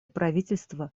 правительство